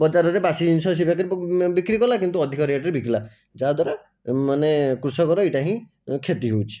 ବଜାରରେ ବାସି ଜିନିଷ ବିକ୍ରି କଲା କିନ୍ତୁ ଅଧିକ ରେଟରେ ବିକିଲା ଯାହା ଦ୍ୱାରା ମାନେ କୃଷକର ଏଇଟା ହିଁ କ୍ଷତି ହେଉଛି